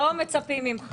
לא מצפים ממך.